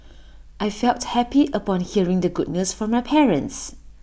I felt happy upon hearing the good news from my parents